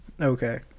Okay